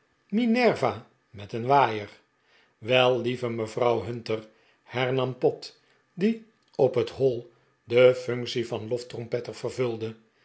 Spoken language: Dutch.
minerva met een waaier wel lieve mevrouw hunter hernam pott die op het hoi de functie van loftrompetter vervulde